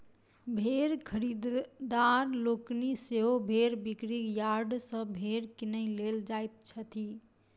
भेंड़ खरीददार लोकनि सेहो भेंड़ बिक्री यार्ड सॅ भेंड़ किनय लेल जाइत छथि